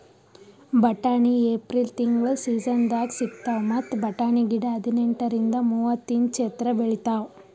ಬಟಾಣಿ ಏಪ್ರಿಲ್ ತಿಂಗಳ್ ಸೀಸನ್ದಾಗ್ ಸಿಗ್ತಾವ್ ಮತ್ತ್ ಬಟಾಣಿ ಗಿಡ ಹದಿನೆಂಟರಿಂದ್ ಮೂವತ್ತ್ ಇಂಚ್ ಎತ್ತರ್ ಬೆಳಿತಾವ್